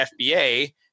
FBA